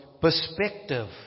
perspective